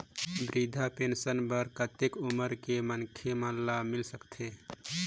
वृद्धा पेंशन बर कतेक उम्र के मनखे मन ल मिल सकथे?